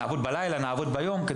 בלילה וביום,